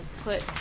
put